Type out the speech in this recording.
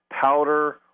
powder